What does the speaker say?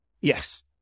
Yes